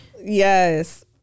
Yes